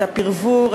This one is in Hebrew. את הפרבור,